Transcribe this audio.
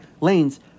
lanes